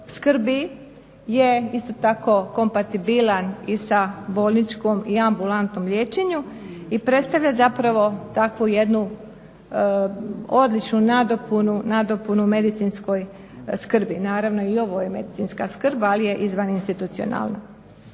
skrbi je isto tako kompatibilan i sa bolničkom i ambulantnom liječenju i predstavlja zapravo takvu jednu odličnu nadopunu medicinskoj skrbi. Naravno i ovo je medicinska skrb, ali je izvaninstitucionalna.